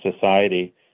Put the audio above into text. society